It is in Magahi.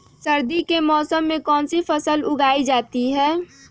सर्दी के मौसम में कौन सी फसल उगाई जाती है?